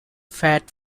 fat